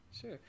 sure